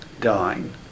dying